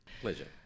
Pleasure